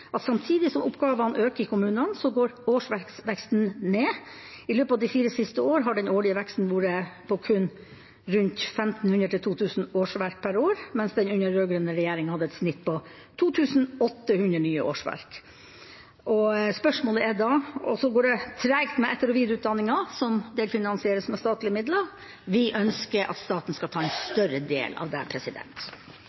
at samtidig som oppgavene øker i kommunene, går årsverksveksten ned. I løpet av de fire siste årene har veksten vært på kun 1 500–2 000 årsverk per år, mens under den rød-grønne regjeringa hadde man et snitt på 2 800 nye årsverk. Og så går det tregt med etter- og videreutdanningen, som delfinansieres med statlige midler. Vi ønsker at staten skal ta en